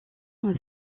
veut